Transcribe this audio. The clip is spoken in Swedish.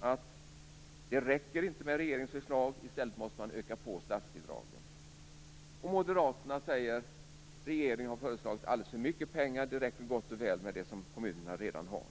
att det inte räcker med regeringens förslag, utan man måste öka statsbidragen. Moderaterna säger att regeringen har föreslagit alldeles för mycket pengar; det räcker gott och väl med det som kommunerna redan har.